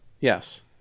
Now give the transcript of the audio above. Yes